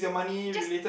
just